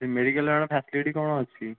ସେ ମେଡିକାଲ୍ରେ madam facility କ'ଣ ଅଛି